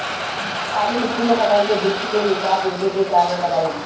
काली मिट्टी में कटहल के बृच्छ के विकास रुके के कारण बताई?